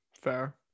Fair